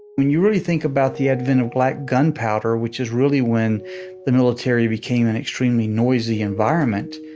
when you really think about the advent of black gunpowder, which is really when the military became an extremely noisy environment,